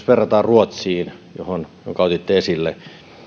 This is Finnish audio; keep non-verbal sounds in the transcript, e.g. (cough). (unintelligible) verrataan ruotsiin jonka otitte esille